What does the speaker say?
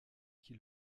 qui